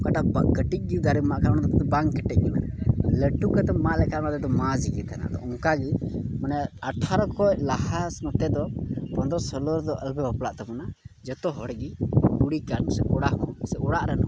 ᱚᱠᱟᱴᱟᱜ ᱵᱟᱝ ᱠᱟᱹᱴᱤᱡ ᱜᱮ ᱫᱟᱨᱮᱢ ᱢᱟᱜᱽ ᱠᱷᱟᱱ ᱚᱱᱟ ᱫᱚ ᱵᱟᱝ ᱠᱮᱴᱮᱡ ᱜᱮᱭᱟ ᱵᱚᱞᱮ ᱞᱟᱹᱴᱩ ᱠᱟᱛᱮᱢ ᱢᱟᱜ ᱞᱮᱠᱷᱟᱱ ᱚᱱᱟ ᱫᱚ ᱟᱫᱚ ᱢᱟᱡᱽ ᱜᱮ ᱛᱟᱦᱮᱱᱟ ᱛᱚ ᱚᱱᱟᱠᱟ ᱜᱮ ᱢᱟᱱᱮ ᱟᱴᱷᱟᱨᱚ ᱠᱷᱚᱱ ᱞᱟᱦᱟ ᱥᱮ ᱱᱚᱛᱮ ᱫᱚ ᱯᱚᱫᱨᱚ ᱥᱳᱞᱚ ᱨᱮᱫᱚ ᱟᱞᱚ ᱯᱮ ᱵᱟᱯᱞᱟᱜ ᱛᱟᱵᱚᱟᱱ ᱡᱚᱛᱚ ᱦᱚᱲ ᱜᱮ ᱠᱩᱲᱤ ᱠᱟᱱ ᱥᱮ ᱠᱚᱲᱟ ᱦᱚᱯᱚᱱ ᱥᱮ ᱚᱲᱟᱜ ᱨᱮᱱ ᱦᱚᱲ